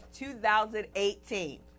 2018